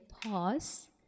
pause